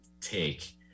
take